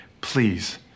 Please